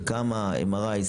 וכמה MRI,